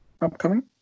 Upcoming